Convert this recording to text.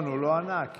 הוא לא ענה לי.